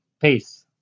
Peace